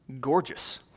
gorgeous